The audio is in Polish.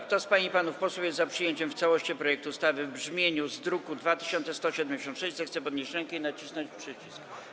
Kto z pań i panów posłów jest za przyjęciem w całości projektu ustawy w brzmieniu z druku nr 2176, zechce podnieść rękę i nacisnąć przycisk.